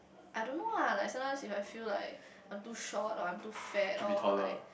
I don't know lah like sometimes if I feel like I'm too short or I'm too fat or like